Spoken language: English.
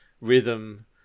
Rhythm